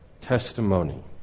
Testimony